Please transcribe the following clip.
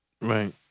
Right